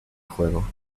fuego